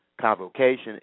convocation